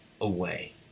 away